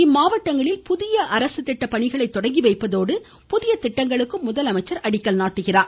இம்மாவட்டங்களில் புதிய அரசு திட்ட பணிகளை தொடங்கி வைப்பதோடு புதிய திட்டங்களுக்கும் அடிக்கல் நாட்டுகிறார்